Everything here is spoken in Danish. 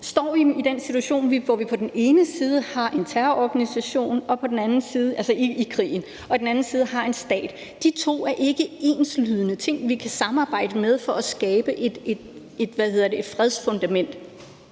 står vi i den situation, hvor vi på den ene side i krigen har en terrororganisation og på den anden side har en stat. De to er ikke tilsvarende ting, så vi kan ikke samarbejde med dem for at skabe et fredsfundament.